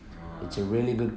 uh